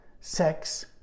sex